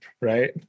right